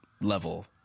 level